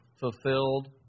fulfilled